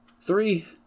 Three